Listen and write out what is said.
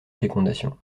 fécondation